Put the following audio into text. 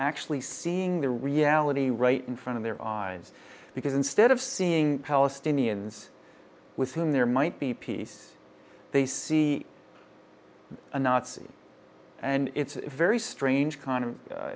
actually seeing the reality right in front of their eyes because instead of seeing palestinians with whom there might be peace they see a nazi and it's a very strange kind of